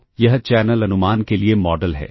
तो यह चैनल अनुमान के लिए मॉडल है